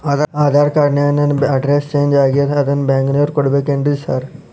Aadhaar card ನ್ಯಾಗ ನನ್ address change ಆಗ್ಯಾದ ಅದನ್ನ ಬ್ಯಾಂಕಿನೊರಿಗೆ ಕೊಡ್ಬೇಕೇನ್ರಿ ಸಾರ್?